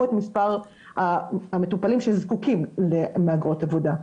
את מספר המטופלים שזקוקים למהגרות עבודה.